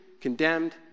condemned